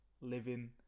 living